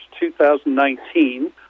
2019